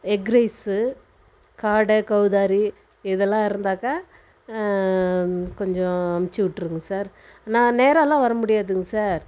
egg rice காடை கௌதாரி இதெல்லாம் இருந்தாக்கா கொஞ்சம் அனுச்சிவுட்ருங்க சார் நான் நேராலாம் வர முடியாதுங்க சார்